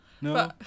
No